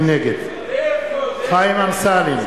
נגד איפה זאב?